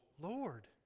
Lord